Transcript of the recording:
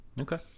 Okay